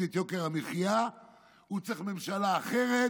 את יוקר המחיה הוא צריך ממשלה אחרת,